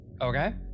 Okay